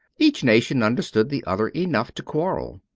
each nation understood the other enough to quarrel.